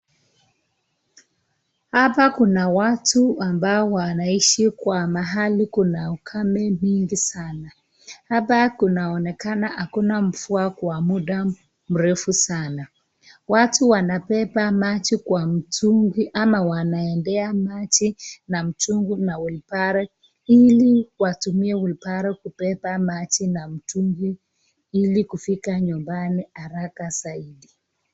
Hapa kuna watu ambao wanaishi kwa mahali kuna ukame nyingi sana. Hapa Kunaonekana hakuna mvua kwa mda mrefu sana. Watu wanabeba maji kwa mtungi ama wanaendea maji na mtungi na wheelbarrow ili watumie wheelbarrow kubeba maji na mtungi ilikufika nyumbani haraka saidi.